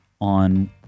on